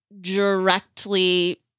directly